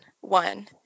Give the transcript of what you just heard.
One